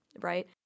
right